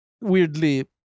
weirdly